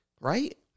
right